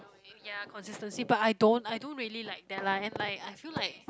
ya consistency but I don't I don't really like that lah and like I feel like